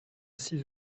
six